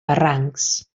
barrancs